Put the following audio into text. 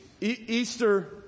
Easter